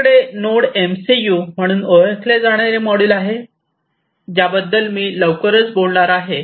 आपल्याकडे node MCU म्हणून ओळखले जाणारे मॉड्यूल आहे ज्याबद्दल मी लवकरच याबद्दल बोलणार आहे